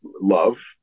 love